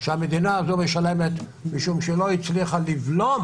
שהמדינה הזאת משלמת משום שהיא לא הצליחה לבלום